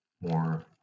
more